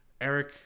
Eric